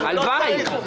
מנהל הרכב הממשלתי,